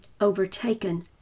overtaken